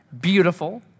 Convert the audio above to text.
beautiful